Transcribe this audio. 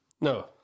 No